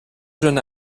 jeune